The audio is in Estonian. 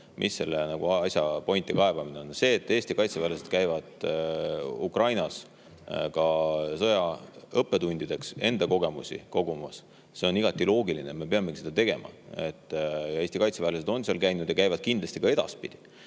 mille üle te kaebate. See, et Eesti kaitseväelased käivad Ukrainas sõja õppetundideks kogemusi kogumas, on igati loogiline. Me peamegi seda tegema. Eesti kaitseväelased on seal käinud ja käivad kindlasti ka edaspidi.